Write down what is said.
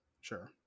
Sure